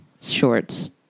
shorts